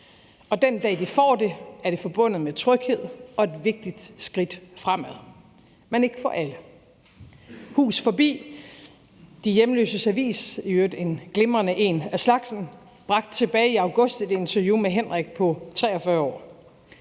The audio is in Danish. og den dag, de får det, er det forbundet med tryghed og et vigtigt skridt fremad, men ikke for alle. Kl. 12:15 Hus Forbi – det er de hjemløses avis, i øvrigt en glimrende en af slagsen – bragte tilbage i august et interview med Henrik på 43 år.